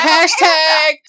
Hashtag